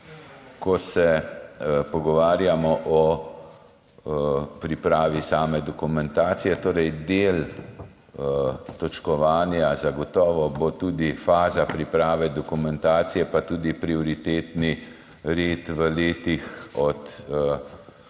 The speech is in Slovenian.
Ko se pogovarjamo o pripravi same dokumentacije, del točkovanja bo zagotovo tudi faza priprave dokumentacije pa tudi prioritetni red v letih od